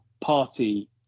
Party